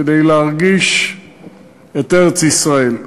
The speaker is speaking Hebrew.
כדי להרגיש את ארץ-ישראל,